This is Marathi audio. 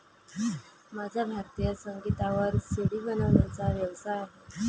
माझा भारतीय संगीतावर सी.डी बनवण्याचा व्यवसाय आहे